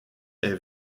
est